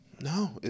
No